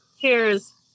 Cheers